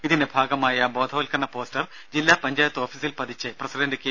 ഇതിന്റെ ഭാഗമായ ബോധവൽക്കരണ പോസ്റ്റർ ജില്ലാ പഞ്ചായത്ത് ഓഫീസിൽ പതിച്ച് പ്രസിഡന്റ് കെ